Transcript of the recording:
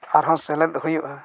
ᱟᱨᱦᱚᱸ ᱥᱮᱞᱮᱫ ᱦᱩᱭᱩᱜᱼᱟ